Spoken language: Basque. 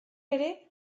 ere